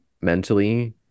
mentally